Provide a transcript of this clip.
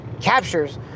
captures